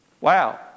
Wow